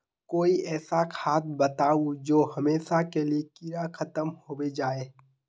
कोई ऐसा खाद बताउ जो हमेशा के लिए कीड़ा खतम होबे जाए?